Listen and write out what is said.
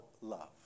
love